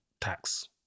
tax